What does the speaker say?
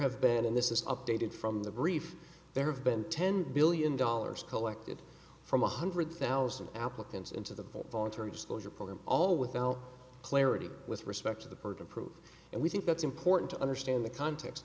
have been in this is updated from the brief there have been ten billion dollars collected from one hundred thousand applicants into the vault voluntary disclosure program all without clarity with respect to the burden of proof and we think that's important to understand the context